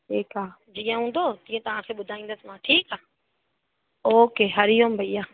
ठीकु आहे जीअं हूंदो तीअं तव्हांखे ॿुधाईंदसि मां ठीकु आहे ओके हरि ओम भैया